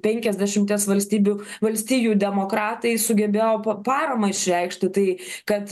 penkiasdešimties valstybių valstijų demokratai sugebėjo po paramą išreikšti tai kad